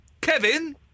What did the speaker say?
Kevin